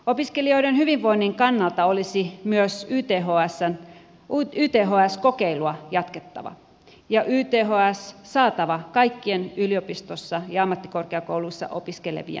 opiskelijoiden hyvinvoinnin kannalta olisi myös yths kokeilua jatkettava ja yths olisi saatava kaikkien yliopistoissa ja ammattikorkeakouluissa opiskelevien käyttöön